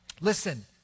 Listen